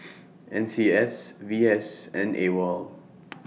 N C S V S and AWOL